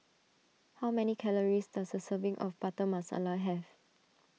how many calories does a serving of Butter Masala have